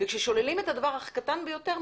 כאשר שוללים את הדבר הקטן ביותר,